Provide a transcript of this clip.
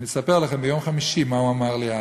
אני אספר לכם ביום חמישי מה הוא אמר לי אז.